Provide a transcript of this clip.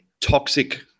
toxic